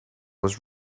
was